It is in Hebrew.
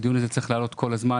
הדיון הזה צריך לעלות כל הזמן,